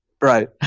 Right